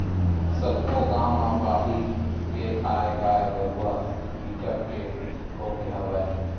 सब्बो गाँव म बाहिर के आए गाय गरूवा बिकट के होगे हवय